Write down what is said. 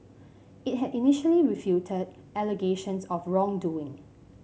it had initially refuted allegations of wrongdoing